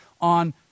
on